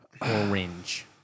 orange